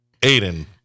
Aiden